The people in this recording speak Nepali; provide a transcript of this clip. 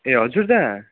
ए हजुर दा